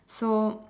so